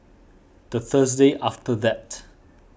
the Thursday after that